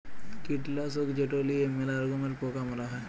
কীটলাসক যেট লিঁয়ে ম্যালা রকমের পকা মারা হ্যয়